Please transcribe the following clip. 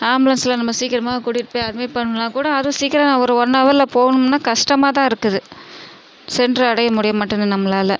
ஆம்புலன்ஸில் நம்ம சீக்கிரமாக கூட்டிகிட்டு போய் அட்மிட் பண்ணுனால் கூட அது சீக்கிரம் ஒரு ஒன் ஹவரில் போகணும்னா கஷ்டமாகதா இருக்குது சென்று அடைய முடிய மாட்டேங்கிது நம்மளால்